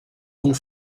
vont